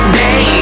day